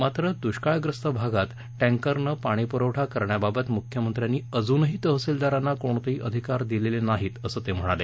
मात्र दृष्काळग्रस्त भागात टँकरने पाणी पुरवठा करण्याबाबत मुख्यमंत्र्यांनी अजूनही तहसीलदारांना कोणतेही अधिकार दिलेला नाही असं ते म्हणाले